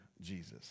Jesus